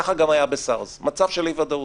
ככה גם היה בסארס, מצב של אי ודאות.